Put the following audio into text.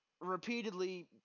repeatedly